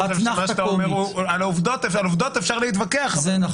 על עובדות אפשר להתווכח -- זה נכון.